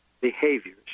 behaviors